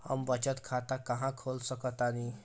हम बचत खाता कहां खोल सकतानी?